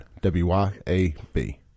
W-Y-A-B